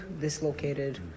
dislocated